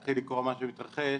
מתחיל לקרוא מה שמתרחש,